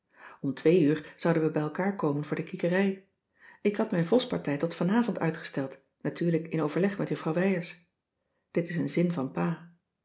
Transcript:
om twee uur zouden we bij elkaar komen voor de kiekerij ik had mijn vospartij tot vanavond uitgesteld natuurlijk in overleg met juffrouw wijers dit is een zin van pa